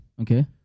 Okay